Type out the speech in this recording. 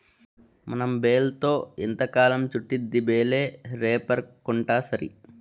మనం బేల్తో ఎంతకాలం చుట్టిద్ది బేలే రేపర్ కొంటాసరి